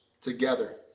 together